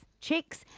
chicks